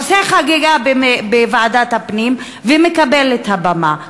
עושה חגיגה בוועדת הפנים ומקבל את הבמה.